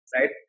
right